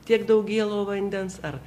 tiek daug gėlo vandens ar